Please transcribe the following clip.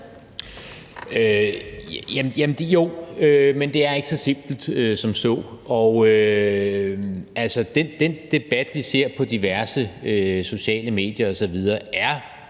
(V): Jo, men det er ikke så simpelt som så. Altså, den debat, vi ser på diverse sociale medier osv., er